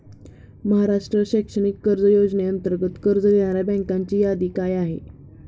महाराष्ट्र शैक्षणिक कर्ज योजनेअंतर्गत कर्ज देणाऱ्या बँकांची यादी काय आहे?